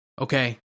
Okay